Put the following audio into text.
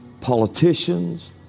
politicians